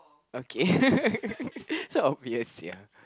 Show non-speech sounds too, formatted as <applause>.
okay <laughs> sort of yes ya